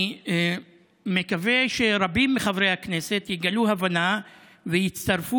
אני מקווה שרבים מחברי הכנסת יגלו הבנה ויצטרפו